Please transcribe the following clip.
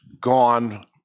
gone